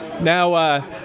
Now